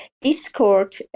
Discord